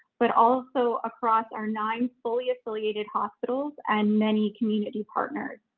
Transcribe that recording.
but also across our nine fully affiliated hospitals and many community partners.